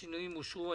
השינויים אושרו.